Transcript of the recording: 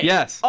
Yes